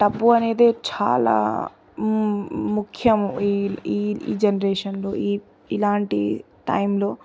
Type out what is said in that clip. డబ్బు అనేది చాలా ముఖ్యము ఈ ఈ జనరేషన్లో ఈ ఇలాంటి టైంలో